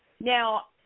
Now